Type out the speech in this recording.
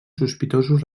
sospitosos